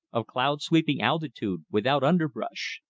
of cloud-sweeping altitude, without underbrush.